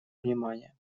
внимание